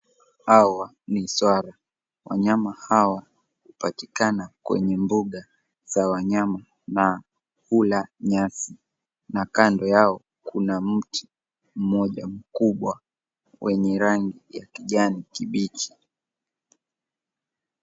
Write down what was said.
Hawa ni swara. Wanyama hawa hupatikana kwenye bunga za wanyama na hula nyasi na kando yao kuna mti mmoja mkubwa wenye rangi ya kijani kibichi.